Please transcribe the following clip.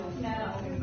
no